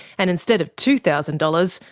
and instead of two thousand dollars,